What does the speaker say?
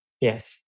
Yes